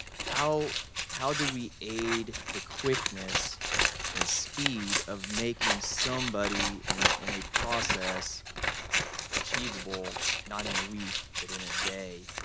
how how do we aid the quickness in speed of making somebody in in a process achievable, not in a week, but in a day?